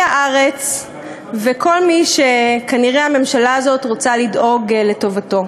הארץ וכל מי שכנראה הממשלה הזאת רוצה לדאוג לטובתו.